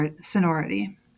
sonority